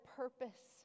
purpose